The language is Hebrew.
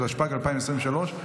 התשפ"ג 2023,